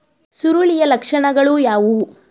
ಸುರುಳಿಯ ಲಕ್ಷಣಗಳು ಯಾವುವು?